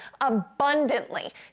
abundantly